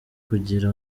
kugira